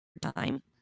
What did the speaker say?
time